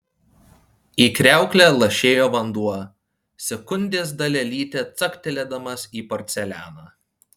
į kriauklę lašėjo vanduo sekundės dalelytę caktelėdamas į porcelianą